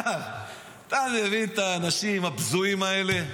אתה מבין את האנשים הבזויים האלה?